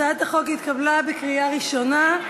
הצעת החוק התקבלה בקריאה ראשונה,